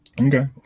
Okay